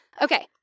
Okay